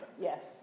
Yes